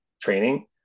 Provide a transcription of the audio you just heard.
training